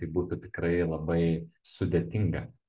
tai baūtų tikrai labai sudėtinga